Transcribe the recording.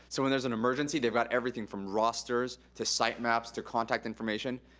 so when there's an emergency, they've got everything from rosters to site maps to contact information.